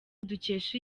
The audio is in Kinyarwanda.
dukesha